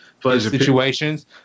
situations